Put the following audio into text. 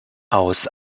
aus